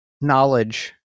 knowledge